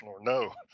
no